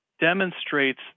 demonstrates